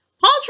Paul